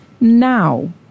now